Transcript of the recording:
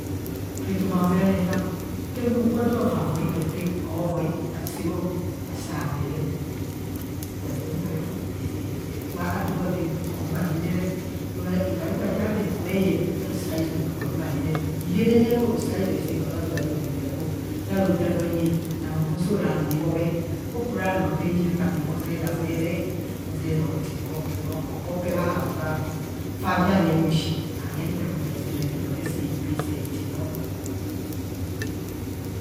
Etoma ozere na huye kwo jo vavoi ataa, havoi a sea bho, saa mee re, ora bheven bhe ku bha do bhavi ekumanire ora ikpaikpa eku bhe ye bha rose aizai, hi damana aruo roso ouizui saan havaavaa aro damanao, saa rodam ronyi bhanoo bho sora bhanoo ibhobhe, opora bhanoo bhen nen ma ni hozere azeree, horere otibho hobho bee aoba fa nyanyehoshi haye nta gwa ra shi, so na etoma je saa pee se tibho.